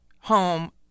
home-